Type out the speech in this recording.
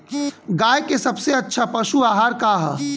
गाय के सबसे अच्छा पशु आहार का ह?